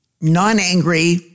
non-angry